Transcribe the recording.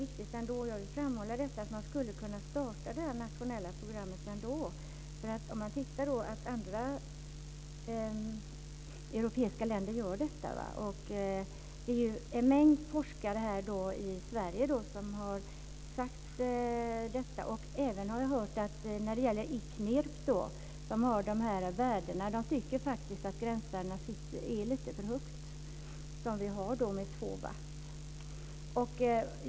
Jag vill framhålla att man trots allt borde kunna starta ett nationellt program. Andra europeiska länder har sådana, vilket omvittnats av en mängd forskare i Sverige. Jag har även hört att ICNIRP, som arbetar med de här värdena, tycker att vårt gränsvärde 2 watt är lite för högt.